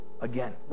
again